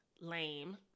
lame